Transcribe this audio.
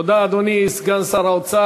אני מכבד דעתו של כל אחד.